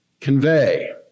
convey